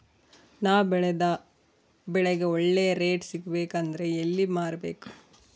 ನಾನು ಬೆಳೆದ ಬೆಳೆಗೆ ಒಳ್ಳೆ ರೇಟ್ ಸಿಗಬೇಕು ಅಂದ್ರೆ ಎಲ್ಲಿ ಮಾರಬೇಕು?